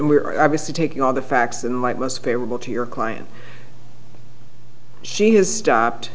we're obviously taking all the facts in light most favorable to your client she has stopped